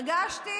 הרגשתי,